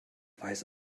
weiß